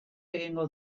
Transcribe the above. egingo